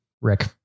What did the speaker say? Rick